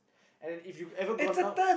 and if you ever gone up